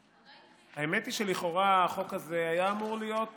האמת היא שלכאורה החוק הזה היה אמור להיות